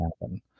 happen